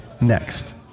Next